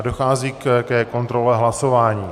Dochází ke kontrole hlasování.